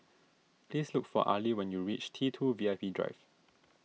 please look for Ali when you reach T two V I P Drive